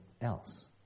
else